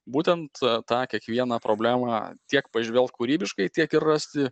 būtent tą kiekvieną problemą tiek pažvelgt kūrybiškai tiek ir rasti